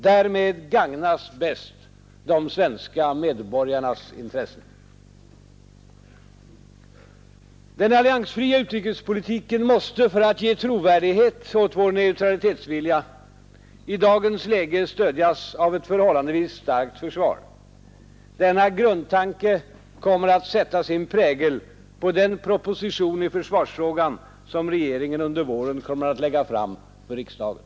Därmed gagnas bäst de svenska medborgarnas intres sen. Den alliansfria utrikespolitiken måste, för att ge trovärdighet åt vår neutralitetsvilja, i dagens läge stödjas av ett förhållandevis starkt försvar. Denna grundtanke kommer att sätta sin prägel på den proposition i försvarsfrågan som regeringen under våren kommer att lägga fram för riksdagen.